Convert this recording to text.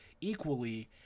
equally